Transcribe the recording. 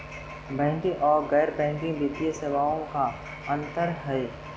Banking और गैर banking वित्तीय सेवाओं में का अंतर हइ?